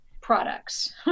products